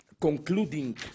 concluding